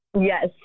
Yes